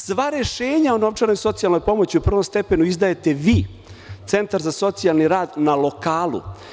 Sva rešenja o socijalnoj novčanoj pomoći u prvom stepenu izdajete vi, Centar za socijalni rad na lokalu.